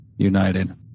United